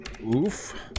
Oof